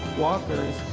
walkers,